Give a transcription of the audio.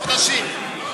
אז אני לא,